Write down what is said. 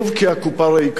כי הקופה ריקה.